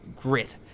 grit